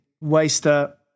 Waster